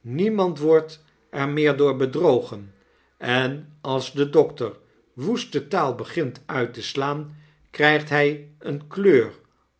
niemand wordt er meer door bedrogen en als de dokter woeste taal begint uit te slaan krijgt hjj eene kleur